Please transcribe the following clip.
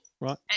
Right